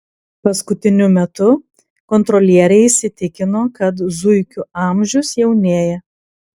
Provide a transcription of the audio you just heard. paskutiniu metu kontrolieriai įsitikino kad zuikių amžius jaunėja